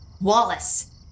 Wallace